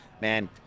man